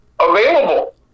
available